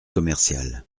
commerciales